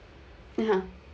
(uh huh)